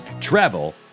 Travel